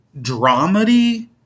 dramedy